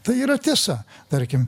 tai yra tiesa tarkim